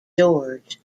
george